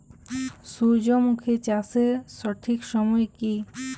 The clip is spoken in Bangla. সূর্যমুখী চাষের সঠিক সময় কি?